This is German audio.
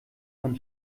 von